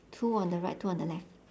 two on the right two on the left